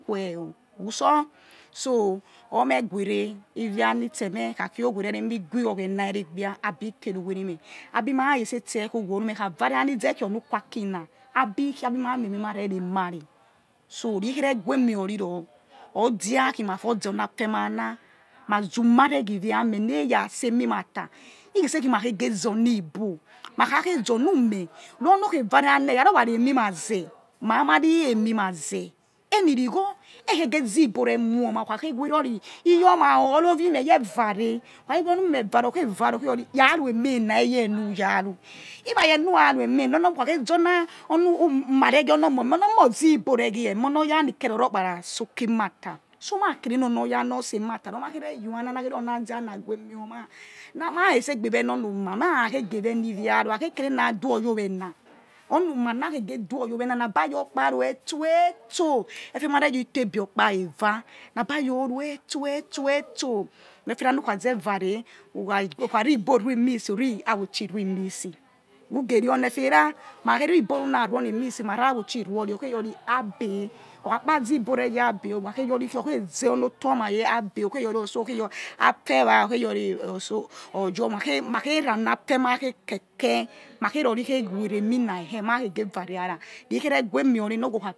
Khwe o̠ utso̠ so̠ or̠ meh guwere ivia nitsemeh he̠ kha khi owere emi̠ gwe oghene eregbia abikeru weremeh abi̠ ma̠ retse te̠ khi owo oro meh̠ ikkavara anizera-tse-khi, ukwu- aki na̠ abi khia abi ma̠ mi emi ma̠ re ri̠ emare so rikhera gue mio ri̠ ro̠r odia khi ma̠ for oni afemai na̠ ma zu̠ma̠ re̠ ghi ivia meh ne̠ ya̠ se- mi̠m̠ata he̠ khie say ma, khege zeni ibo̠ ma̠ kha khei zonu meh rur̠ nor khei va̠re̠ ana eyara or̠ reh̠ emi ma ze̠h ma̠ ma̠ reh̠ emi ma̠ zeh hei ni̠ irigho ekhkge zi ibo̠ re̠ woma wo ukhakhewere ori iyoma o̠, ori owimeh yevare owime vare okhel va̠re̠ ya ru eme na iyenuraru irayenu rarue mena onor mo ukhakhezona onu uma reghie oni omo meh omo ozibo regiemehoni oya nizikero or̠, rokparasoke̠ emata ma̠ kerenornorya semata ror̠ ma̠ kerenornorya semata ror̠ ma̠ khereyi owena na your na zana guemiima na resegbe we na or numa̠ ma ra khege wenivia rur̠, akhei kere na duo̠ your owena onu uma na khegeh duo yi owena na ba your ru-e̠tsto̠to̠ efe ma re̠ yi idebe okpa eve aba̠ your ru̠ ets̠yosto̠ efera nu̠ kha zeh vare̠ ukha̠ ri̠ igbo, ruie missi who̠ ra̠ auchi ruie missi uge re oniefe ra̠hukhakhe ri ebo ruie onimissi ma r̠ahauchi ruie or ri orkhei yor̠ ri̠ abb̠y or khakpa zibo re-ye̠ abby who kha khei yor̠, ri khe̠ okheize uno otor̠ ma̠ reye̠ abbey ukhei youri otso or khei your afe wa̠ who khei your otso̠ orjor makhemakhei ri oni afemai khei ke̠ke̠ ma khei ri ori khei we̠h re̠, e̠mina̠ ekhe̠i ma̠ khe ge va re ara̠ rikhere guemi yori.